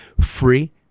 Free